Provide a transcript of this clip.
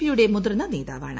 പിയുടെ മുതിർന്ന നേതാവാണ്